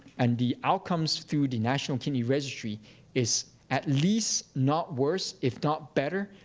and the outcomes through the national kidney registry is at least not worse, if not better,